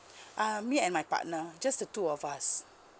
uh me and my partner just the two of us